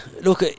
look